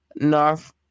North